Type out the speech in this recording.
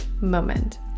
moment